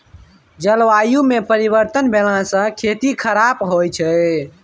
जलवायुमे परिवर्तन भेलासँ खेती खराप होए छै